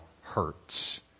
hurts